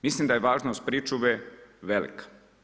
Mislim da je važnost pričuve, velika.